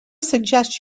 suggest